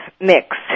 mix